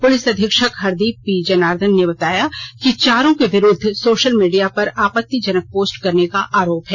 police अधीक्षक Hardeep P Janardhan ने बताया कि चारों के विरुद्ध सोशल मीडिया पर आपत्तिजनक पोस्ट करने का आरोप है